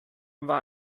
war